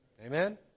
Amen